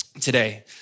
today